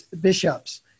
Bishop's